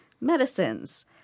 medicines